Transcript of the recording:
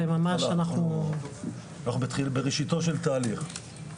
אנחנו בראשיתו של תהליך.